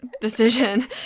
decision